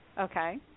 Okay